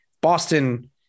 Boston